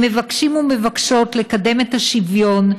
הם מבקשים ומבקשות לקדם את השוויון,